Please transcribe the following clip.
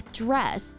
dress